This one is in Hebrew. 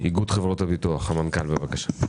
מנכ"ל איגוד חברות הביטוח, בבקשה.